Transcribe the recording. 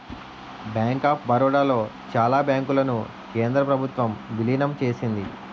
bank of Baroda లో చాలా బ్యాంకులను కేంద్ర ప్రభుత్వం విలీనం చేసింది